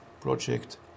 project